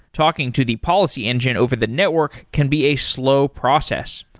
talking to the policy engine over the network can be a slow process.